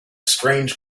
strange